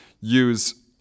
use